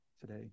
today